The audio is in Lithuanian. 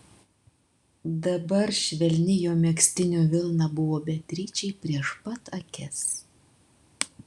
dabar švelni jo megztinio vilna buvo beatričei prieš pat akis